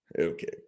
Okay